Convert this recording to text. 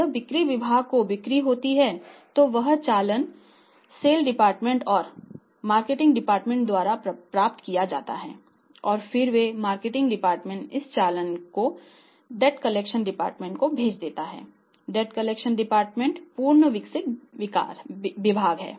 जब बिक्री विभाग से बिक्री होती है तो वह चालान सेल डिपार्टमेंट पूर्ण विकसित विभाग है